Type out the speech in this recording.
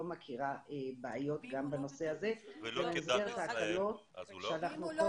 לא מכירה בעיות גם בנושא הזה במסגרת הקלות שאנחנו כל